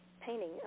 painting